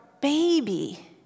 baby